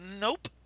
Nope